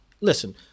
Listen